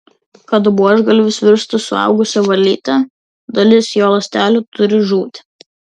kad buožgalvis virstų suaugusia varlyte dalis jo ląstelių turi žūti